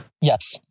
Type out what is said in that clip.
Yes